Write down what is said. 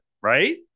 right